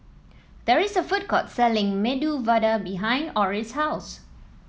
there is a food court selling Medu Vada behind Orris' house